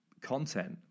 content